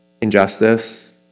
injustice